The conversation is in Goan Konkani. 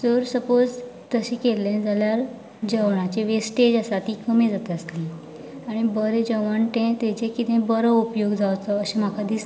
जर सपोज तशे केल्ले जाल्यार जेवणाची वेस्टेज आसा ती कमी जाता आसली आनी बरें जेवण तें तेजो कितें बरो उपयोग जावचो अशे म्हाका दिसता